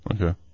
Okay